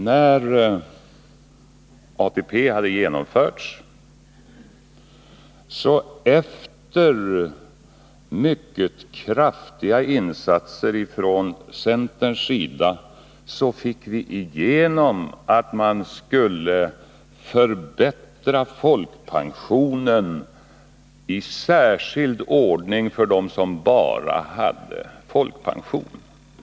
När ATP hade genomförts fick vi mycket kraftiga insatser från centerns sida, igenom att man skulle förbättra folkpensionen i särskild ordning för dem som bara hade folkpension.